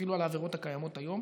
אפילו על העבירות הקיימות היום.